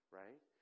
right